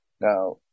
Now